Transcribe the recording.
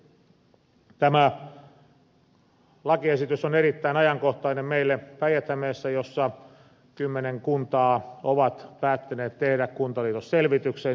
tämä lakiesitys on erittäin ajankohtainen meille päijät hämeessä jossa kymmenen kuntaa on päättänyt tehdä kuntaliitosselvityksen